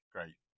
Great